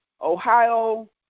Ohio